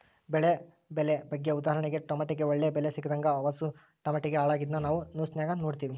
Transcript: ಬೆಳೆ ಬೆಲೆ ಬಗ್ಗೆ ಉದಾಹರಣೆಗೆ ಟಮಟೆಗೆ ಒಳ್ಳೆ ಬೆಲೆ ಸಿಗದಂಗ ಅವುಸು ಟಮಟೆ ಹಾಳಾಗಿದ್ನ ನಾವು ನ್ಯೂಸ್ನಾಗ ನೋಡಿವಿ